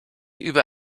über